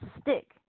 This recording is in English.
stick